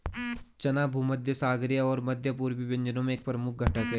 चना भूमध्यसागरीय और मध्य पूर्वी व्यंजनों में एक प्रमुख घटक है